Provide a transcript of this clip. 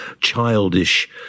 childish